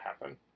happen